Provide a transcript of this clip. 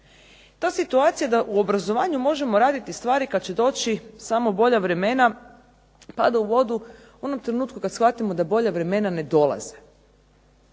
Ta situacija da u obrazovanju možemo raditi stvari kad će doći samo bolja vremena pada u vodu u onom trenutku kad shvatimo da bolja vremena ne dolaze.